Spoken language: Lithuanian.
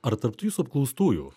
ar tarp jūsų apklaustųjų